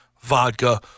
vodka